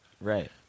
Right